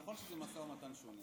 נכון שזה משא ומתן שונה.